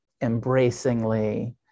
embracingly